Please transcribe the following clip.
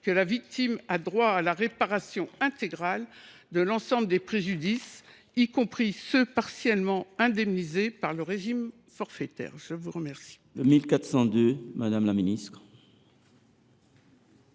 que la victime a droit à la réparation intégrale de l’ensemble de ses préjudices, y compris ceux qui ont été partiellement indemnisés par le régime forfaitaire. L’amendement